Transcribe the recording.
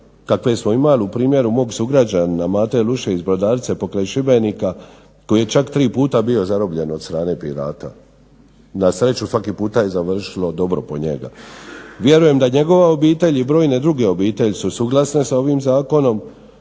kakve smo imali u primjeru mog sugrađanina Mate Luše iz Brodarice pokraj Šibenika koji je čak tri puta bio zarobljen od strane pirata. Na sreću, svaki puta je završilo dobro po njega. Vjerujem da njegova obitelj i brojne druge obitelji su suglasne s ovim zakonom